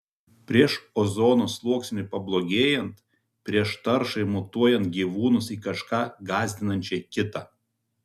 prieš ozono sluoksniui pablogėjant prieš taršai mutuojant gyvūnus į kažką gąsdinančiai kitą